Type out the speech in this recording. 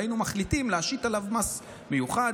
והיינו מחליטים להשית עליו מס מיוחד,